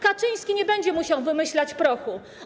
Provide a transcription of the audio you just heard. Kaczyński nie będzie musiał wymyślać prochu.